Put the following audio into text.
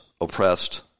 oppressed